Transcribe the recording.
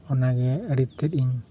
ᱚᱱᱟᱜᱮ ᱟᱹᱰᱤᱛᱮᱫ ᱤᱧ